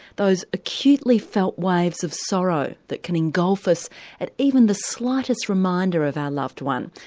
those acutely felt waves of sorrow that can engulf us at even the slightest reminder of our loved one.